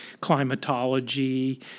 climatology